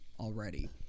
already